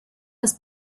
das